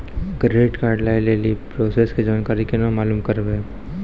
Credit card लय लेली process के जानकारी केना मालूम करबै?